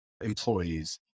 employees